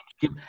give